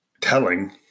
telling